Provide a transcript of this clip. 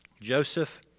Joseph